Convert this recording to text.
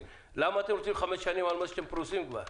למה אתם רוצים חמש שנים על מה שאתם פרוסים כבר?